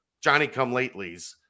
Johnny-come-latelys